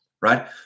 right